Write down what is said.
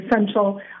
essential